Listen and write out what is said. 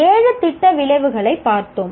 ஏழு திட்ட விளைவுகளைப் பார்த்தோம்